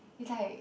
it's like